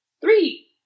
Three